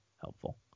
helpful